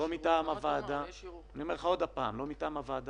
משה, לא היה ערעור על סמכותך, לא מטעם הוועדה.